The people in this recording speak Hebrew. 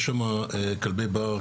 יש שם כלבי בר,